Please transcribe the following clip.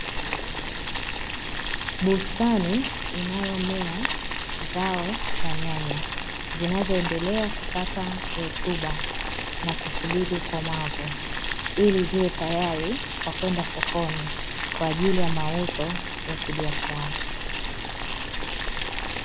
Bustani inayomea zao la nyanya, zinazoendelea kupata rutuba na kusubiri ukomavu, ili ziwe tayari kwa kwenda sokoni, kwaajili ya mauzo ya kibiashara.